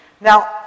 Now